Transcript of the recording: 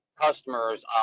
customers